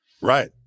Right